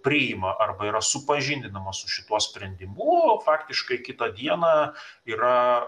priima arba yra supažindinama su šituo sprendimu faktiškai kitą dieną yra